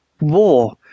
war